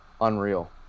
unreal